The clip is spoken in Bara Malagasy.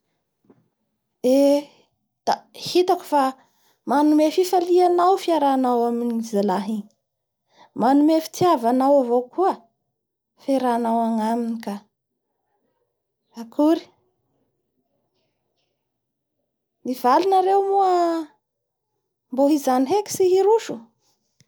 Hitako fa mana sanganasa vaovao hanareo, ka manao akory ny fandehany ao, mafimafy moa manao akory? Akory ny client mba misy avao, maro?